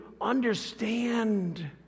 understand